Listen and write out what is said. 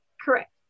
correct